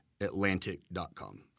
Atlantic.com